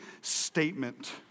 statement